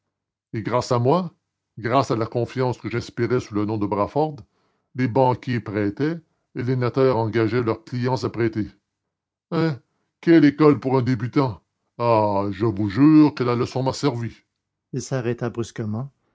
et grâce à moi grâce à la confiance que j'inspirais sous le nom de brawford les banquiers prêtaient et les notaires engageaient leurs clients à prêter hein quelle école pour un débutant ah je vous jure que la leçon m'a servi il s'arrêta brusquement